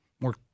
more